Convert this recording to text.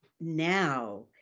now